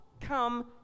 come